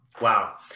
Wow